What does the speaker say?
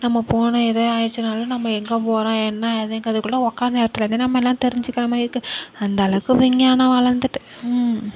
நம்ம ஃபோன் எதோ ஆயிடுச்சினாலும் நம்ம எங்கே போகிறோம் என்ன ஏதுங்கிறது கூட உட்காந்த இடத்துலந்தே நம்ம எல்லாம் தெரிஞ்சுக்கிற மாதிரி இருக்குது அந்தளவுக்கு விஞ்ஞானம் வளர்ந்துட்டு ம்